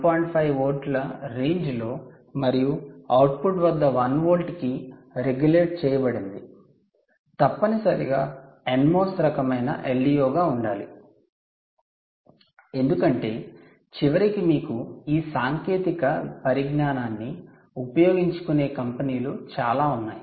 5 వోల్ట్లు రేంజ్ లో మరియు అవుట్పుట్ వద్ద 1V కి రేగులేట్ చేయబడింది తప్పనిసరిగా NMOS రకమైన LDO గా ఉండాలి ఎందుకంటే చివరికి మీకు ఈ సాంకేతిక పరిజ్ఞానాన్ని ఉపయోగించుకునే కంపెనీలు చాలా ఉన్నాయి